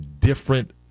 different